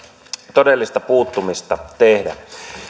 todellista puuttumista tehdä